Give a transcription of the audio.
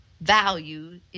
value